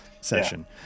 session